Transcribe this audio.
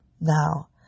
Now